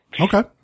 Okay